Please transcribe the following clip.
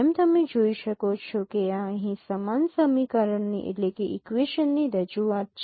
જેમ તમે જોઈ શકો છો કે આ અહીં સમાન સમીકરણ ની રજૂઆત છે